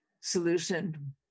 solution